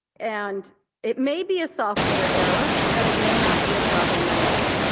and it may be a software error. but it may not be a problem at all.